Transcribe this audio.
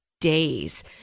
days